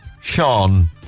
Sean